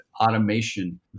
automation